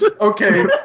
Okay